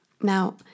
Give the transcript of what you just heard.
Now